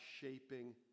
shaping